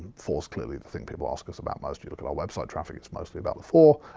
four s clearly the thing people ask us about most, you look at our website traffic, it's mostly about the four.